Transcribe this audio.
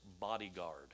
bodyguard